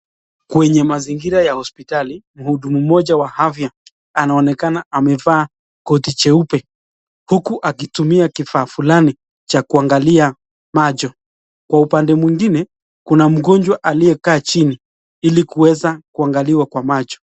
Kwenye mazingira ya hosipatali, muhudumu mmoja wa afya anaonekana amevaa koti jeupe huku akitumia kifaa fulani cha kuangalia macho. Kwa upande mwingine, kuna mgonjwa aliye kaa chini ili kuweza kuangaliwa kwa macho.